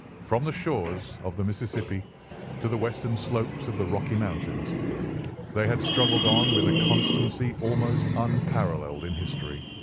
from the shores of the mississippi to the western slopes of the rocky mountains they had struggled on with a constancy almost unparalleled in history.